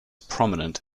prominent